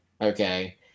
okay